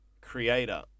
Creator